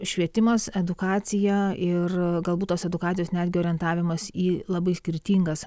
švietimas edukacija ir galbūt tos edukacijos netgi orientavimas į labai skirtingas